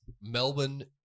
Melbourne